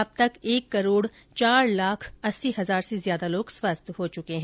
अब तक एक करोड़ चार लाख अस्सी हजार से ज्यादा लोग स्वस्थ हो चुके हैं